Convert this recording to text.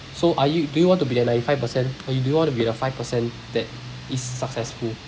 so are you do you want to be that ninety five percent or do you want to be the five percent that is successful